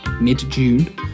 mid-june